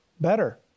better